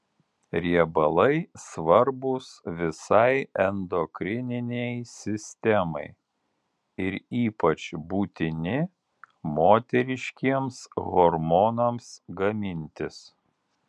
riebalai svarbūs visai endokrininei sistemai ir ypač būtini moteriškiems hormonams gamintis